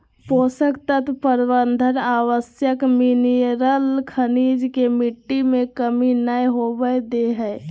पोषक तत्व प्रबंधन आवश्यक मिनिरल खनिज के मिट्टी में कमी नै होवई दे हई